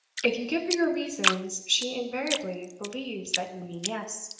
if you give her your reasons, she invariably believes that you mean yes.